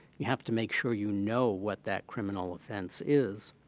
you have to make sure you know what that criminal offense is.